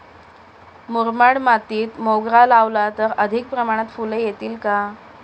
मुरमाड मातीत मोगरा लावला तर अधिक प्रमाणात फूले येतील का?